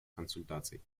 консультаций